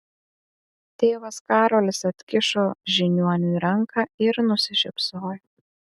tėvas karolis atkišo žiniuoniui ranką ir nusišypsojo